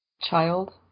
child